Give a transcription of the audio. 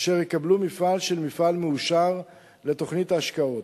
אשר יקבלו מעמד של מפעל מאושר לתוכנית ההשקעות.